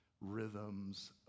rhythms